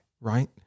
right